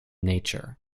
nature